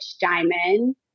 Diamond